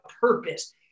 purpose